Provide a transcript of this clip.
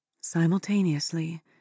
Simultaneously